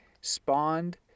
spawned